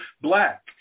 black